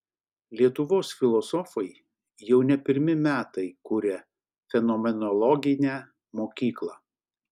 lietuvos filosofai jau ne pirmi metai kuria fenomenologinę mokyklą